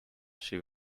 she